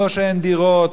לא הבעיה שאין דירות,